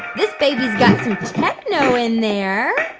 this baby's got some techno in there